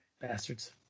Bastards